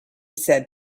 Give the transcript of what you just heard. said